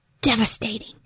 devastating